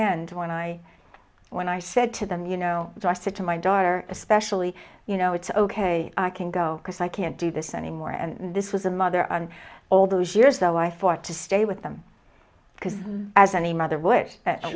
end when i when i said to them you know i said to my daughter especially you know it's ok i can go because i can't do this anymore and this was a mother and all those years though i thought to stay with them as any mother w